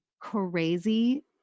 crazy